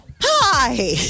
Hi